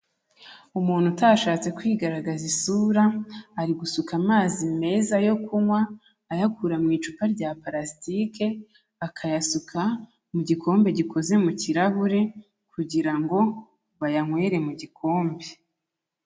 Umuntu utashatse kwigaragaza isura, ari gusuka amazi meza yo kunywa, ayakura mu icupa rya parasitike, akayasuka mu gikombe gikoze mu kirahure kugira ngo bayanywere mu gikombe.